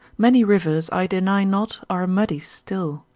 many rivers i deny not are muddy still,